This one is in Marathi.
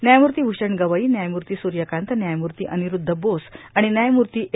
न्यायमूर्ता भूषण गवई न्यायमूर्ता सूयकांत न्यायमूर्ता र्आनरुद्ध बोस आर्गण न्यायमूर्ता ए